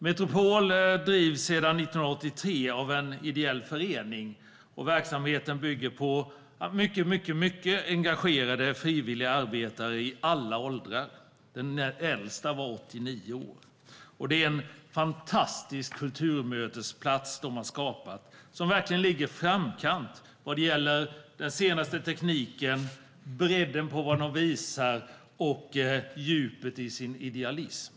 Metropol drivs sedan 1983 av en ideell förening, och verksamheten bygger på mycket engagerade frivilliga arbetare i alla åldrar. Den äldsta är 89 år. Det är en fantastisk kulturmötesplats som de har skapat och som verkligen ligger i framkant vad gäller den senaste tekniken, bredden på det som visas och djupet i deras idealism.